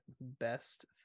Best